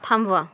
थांबवा